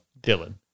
Dylan